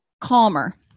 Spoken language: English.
calmer